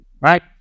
right